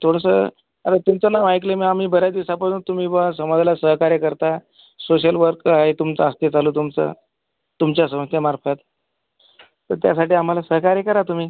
थोडसं अन् तुमचं नाव ऐकल्यामुळं आम्ही बऱ्याच दिवसापासून तुम्ही बुवा समाजाला सहकार्य करता सोशल वर्क आहे तुमचा ते चालू तुमचा तुमच्या संस्थेमार्फत तर त्यासाठी आम्हाला सहकार्य करा तुम्ही